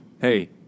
hey